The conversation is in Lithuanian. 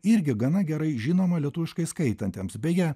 irgi gana gerai žinoma lietuviškai skaitantiems beje